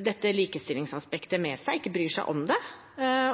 dette likestillingsaspektet med seg, ikke bryr seg om det,